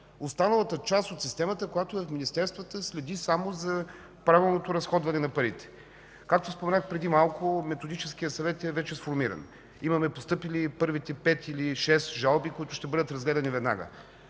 Останалата част от системата, която е в министерствата, следи само за правилното разходване на парите. Както споменах преди малко, Методическият съвет е вече сформиран. Имаме постъпили първите 5 или 6 жалби, които ще бъдат разгледани веднага.